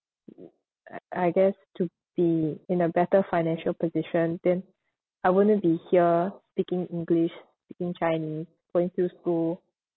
oo uh I guess to be in a better financial position then I wouldn't be here speaking english speaking chinese going to school